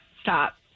Stop